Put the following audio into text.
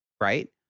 right